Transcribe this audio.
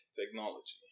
technology